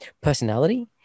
personality